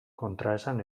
kontraesan